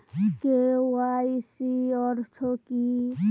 KYC অর্থ কি?